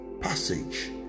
passage